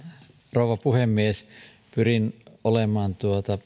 rouva puhemies pyrin olemaan